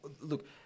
Look